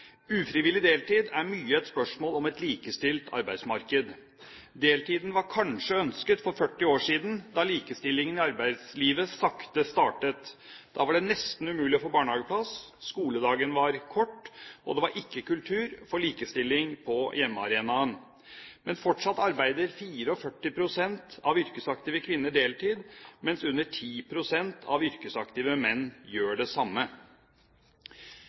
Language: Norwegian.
Ufrivillig deltid er mye et spørsmål om et likestilt arbeidsmarked. Deltiden var kanskje ønsket for 40 år siden, da likestillingen i arbeidslivet sakte startet. Da var det nesten umulig å få barnehageplass, skoledagen var kort, og det var ikke kultur for likestilling på hjemmearenaen. Men fortsatt arbeider 44 pst. av yrkesaktive kvinner deltid, mens under 10 pst. av yrkesaktive menn gjør det samme.